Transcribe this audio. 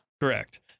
Correct